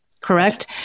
Correct